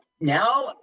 Now